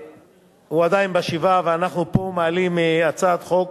עדיין בשבעה, ואנחנו פה מעלים הצעת חוק